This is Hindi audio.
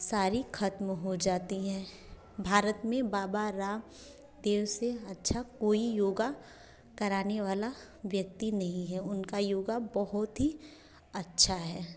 सारी ख़त्म हो जाती हैं भारत में बाबा राम देव से अच्छा कोई योगा कराने वाला व्यक्ति नहीं है उनका योगा बहुत ही अच्छा है